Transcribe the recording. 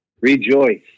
Rejoice